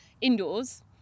indoors